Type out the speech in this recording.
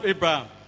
Abraham